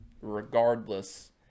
regardless